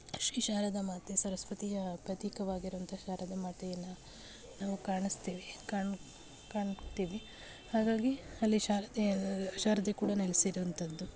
ಶ್ರೀ ಶಾರದಮಾತೆ ಸರಸ್ವತಿಯ ಪ್ರತೀಕವಾಗಿರುವಂಥ ಶಾರದಮಾತೆಯನ್ನು ನಾವು ಕಾಣಿಸ್ತೀವಿ ಕಾಣ್ ಕಾಣ್ತೀವಿ ಹಾಗಾಗಿ ಅಲ್ಲಿ ಶಾರದೆಯ ಶಾರದೆ ಕೂಡ ನೆಲೆಸಿರೋಂಥದ್ದು